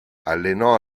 allenò